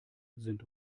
sind